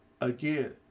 Again